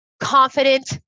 confident